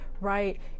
right